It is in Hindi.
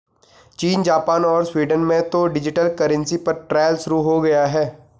चीन, जापान और स्वीडन में तो डिजिटल करेंसी पर ट्रायल शुरू हो गया है